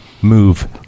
Move